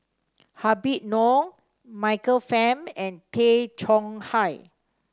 Habib Noh Michael Fam and Tay Chong Hai